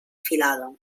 filada